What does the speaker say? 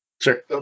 Sure